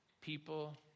People